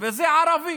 וזה ערבי,